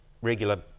regular